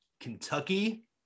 Kentucky